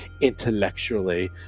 intellectually